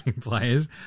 players